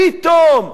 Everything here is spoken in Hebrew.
פתאום,